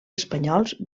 espanyols